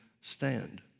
stand